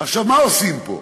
עכשיו, מה עושים פה?